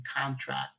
contract